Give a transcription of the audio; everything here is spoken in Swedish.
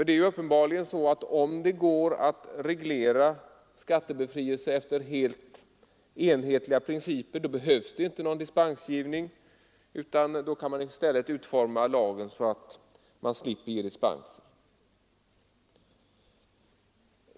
Det är uppenbarligen så att om det går att reglera skattebefrielse efter helt enhetliga principer behövs det inte någon dispensgivning, utan då kan man i stället utforma lagen så att man slipper ge dispens.